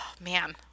man